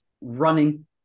running